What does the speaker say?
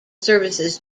services